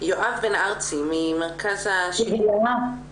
חברת הכנסת עאידה תומא